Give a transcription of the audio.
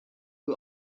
who